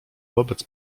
wobec